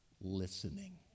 listening